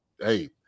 hey